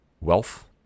wealth